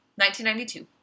1992